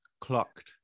clocked